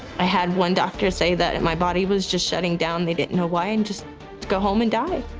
i had one doctor say that and my body was just shutting down, they didn't know why, and just go home and die.